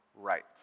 rights